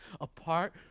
apart